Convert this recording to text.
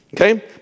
Okay